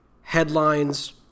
headlines